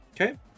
Okay